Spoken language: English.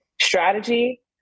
strategy